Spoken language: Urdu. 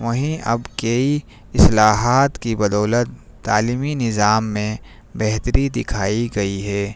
وہیں اب کئی اصلاحات کی بدولت تعلیمی نظام میں بہتری دکھائی گئی ہے